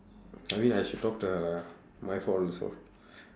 I mean I should talk to her lah my fault also